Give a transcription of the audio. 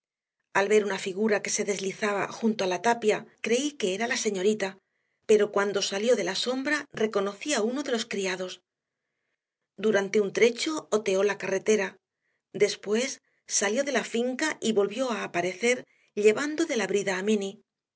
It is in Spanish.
al ver una figura que se deslizaba junto a la tapia creí que era la señorita pero cuando salió de la sombra reconocí a uno de los criados durante un trecho oteó la carretera después salió de la finca y volvió a aparecer llevando de la brida a m inny